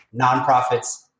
nonprofits